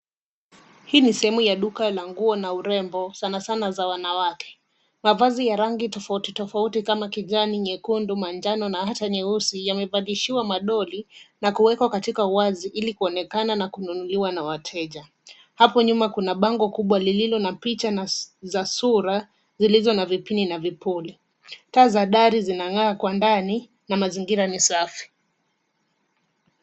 Hii ni sehemu ya duka la nguo na urembo sana sana ya wanawake. Mavazi ya rangi tofauti tofauti kama kijani, nyekundu, manjano na hata nyeusi yamevalishiwa madoli na kuwekwa katika wazi ili kuonekana na kununuliwa na wateja. Hapo nyuma kuna bango kubwa lililo na picha za sura zilizo na vipini na vipuli. Taa za dari zinang'aa kwa ndani na mazingira ni safi.